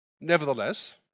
Nevertheless